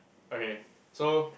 okay so